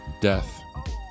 death